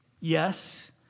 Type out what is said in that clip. Yes